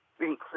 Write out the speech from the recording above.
include